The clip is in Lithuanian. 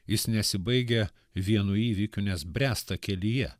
jis nesibaigia vienu įvykiu nes bręsta kelyje